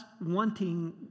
wanting